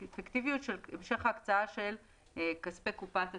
האפקטיביות של המשך ההקצאה של כספי קופת התמרוץ.